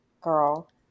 Girl